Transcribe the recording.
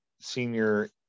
senior